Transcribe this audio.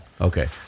Okay